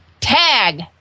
TAG